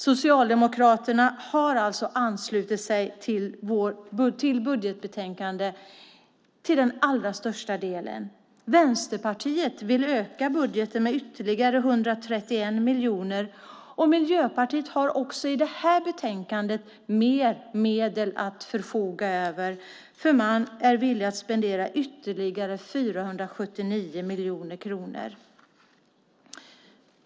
Socialdemokraterna har alltså till den allra största delen anslutit sig till budgetbetänkandet. Vänsterpartiet vill öka budgeten med ytterligare 131 miljoner, och Miljöpartiet har också i det här betänkandet mer medel att förfoga över, för man är villig att spendera ytterligare 479 miljoner kronor.